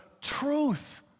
truth